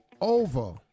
over